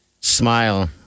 Smile